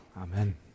Amen